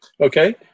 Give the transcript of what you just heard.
okay